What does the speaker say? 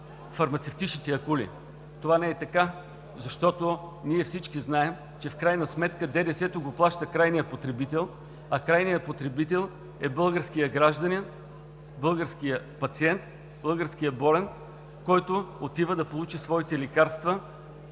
Това не е така, защото всички знаем, че в крайна сметка ДДС-то го плаща крайният потребител, а крайният потребител е българският гражданин, българският пациент, българският болен, който отива да получи своите лекарства от търговците